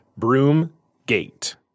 Broomgate